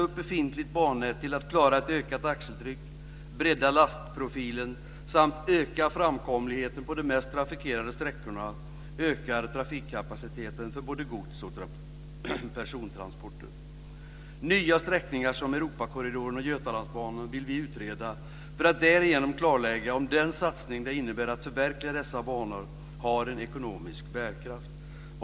Vi vill utreda nya sträckningar som Europakorridoren och Götalandsbanan för att därigenom klarlägga om den satsning det innebär att förverkliga dessa banor har en ekonomisk bärkraft.